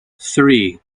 three